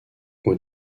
aux